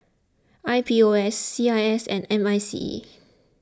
I P O S C I S and M I C E